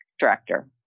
director